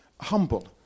humble